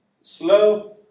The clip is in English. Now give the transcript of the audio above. slow